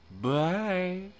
Bye